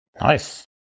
Nice